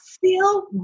feel